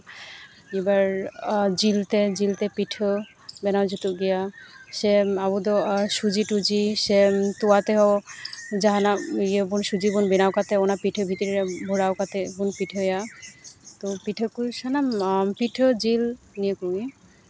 ᱮᱵᱟᱨ ᱡᱤᱞ ᱛᱮ ᱡᱤᱞ ᱛᱮ ᱯᱤᱴᱷᱟᱹ ᱵᱮᱱᱟᱣ ᱡᱩᱛᱩᱜ ᱜᱮᱭᱟ ᱥᱮ ᱟᱵᱚ ᱫᱚ ᱥᱩᱡᱤᱼᱴᱩᱡᱤ ᱥᱮ ᱛᱚᱣᱟ ᱛᱮᱦᱚᱸ ᱡᱟᱦᱟᱱᱟᱜ ᱤᱭᱟᱹ ᱵᱚᱱ ᱥᱩᱡᱤ ᱵᱚᱱ ᱵᱮᱱᱟᱣ ᱠᱟᱛᱮᱫ ᱚᱱᱟ ᱯᱤᱴᱷᱟᱹ ᱵᱷᱤᱛᱨᱤ ᱨᱮ ᱵᱷᱚᱨᱟᱣ ᱠᱟᱛᱮᱫ ᱵᱚᱱ ᱯᱤᱴᱷᱟᱹᱭᱟ ᱛᱚ ᱯᱤᱴᱷᱟᱹ ᱠᱚ ᱥᱟᱱᱟᱢ ᱯᱤᱴᱷᱟᱹ ᱡᱤᱞ ᱱᱚᱣᱟ ᱠᱚᱜᱮ